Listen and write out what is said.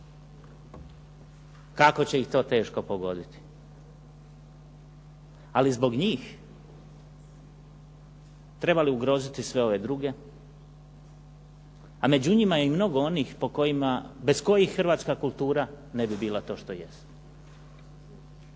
Kako će ih to teško pogoditi. Ali zbog njih treba li ugroziti sve ove druge? A među njima je i mnogo onih o kojima, bez kojih hrvatska kultura ne bi bila to što jest.